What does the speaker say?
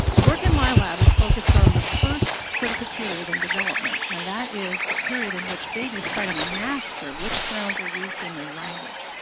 work in my lab is focused on the first critical period in development, and that is the period in which babies try to master which sounds are used in their language.